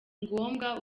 ngombwa